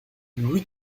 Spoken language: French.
louis